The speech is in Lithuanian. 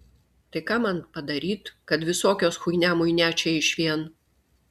tai ką man padaryt kad visokios chuinia muinia čia išvien